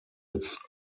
its